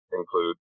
include